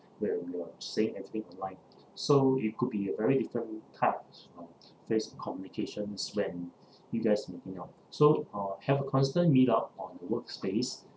when you're saying everything online so it could be very a different type of this communications when you guys can hang out so uh have a constant meetup on the workspace